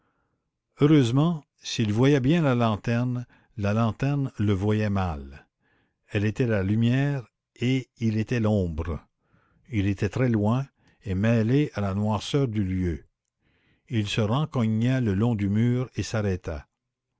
heureusement s'il voyait bien la lanterne la lanterne le voyait mal elle était la lumière et il était l'ombre il était très loin et mêlé à la noirceur du lieu il se rencogna le long du mur et s'arrêta